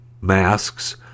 masks